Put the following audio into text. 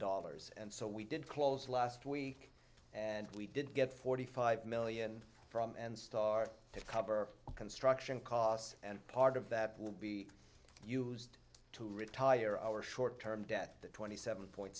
dollars and so we did close last week and we did get forty five million from and start to cover the construction costs and part of that will be used to retire our short term debt the twenty seven point